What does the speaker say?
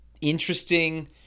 interesting